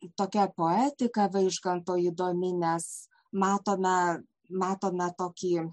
tokia poetika vaižganto įdomi nes matome matome tokį